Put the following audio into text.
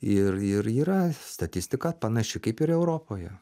ir ir yra statistika panaši kaip ir europoje